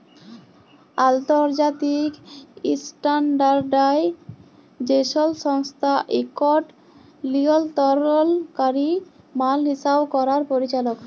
আলতর্জাতিক ইসট্যানডারডাইজেসল সংস্থা ইকট লিয়লতরলকারি মাল হিসাব ক্যরার পরিচালক